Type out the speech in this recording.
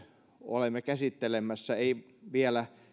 olemme käsittelemässä ei vielä